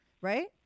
Right